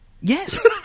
Yes